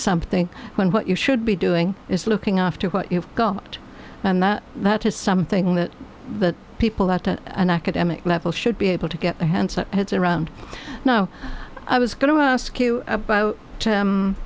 something when what you should be doing is looking after what you have got and that that is something that the people that are an academic level should be able to get their hands heads around now i was going to ask you about